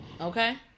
Okay